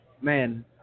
Man